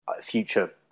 future